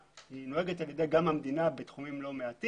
היא מונהגת על ידי מוסדות המדינה בתחומים לא מעטים,